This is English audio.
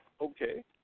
Okay